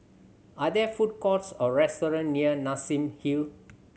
are there food courts or restaurant near Nassim Hill